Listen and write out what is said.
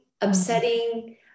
upsetting